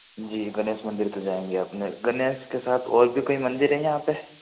जी गनेश मंदिर तो जाएंगे अपने गनेश के साथ और भी कोई मंदिर है यहाँ पर